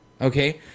okay